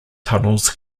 tunnels